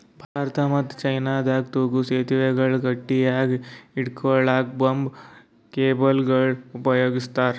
ಭಾರತ ಮತ್ತ್ ಚೀನಾದಾಗ್ ತೂಗೂ ಸೆತುವೆಗಳ್ ಗಟ್ಟಿಯಾಗ್ ಹಿಡ್ಕೊಳಕ್ಕ್ ಬಂಬೂ ಕೇಬಲ್ಗೊಳ್ ಉಪಯೋಗಸ್ತಾರ್